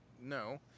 No